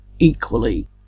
equally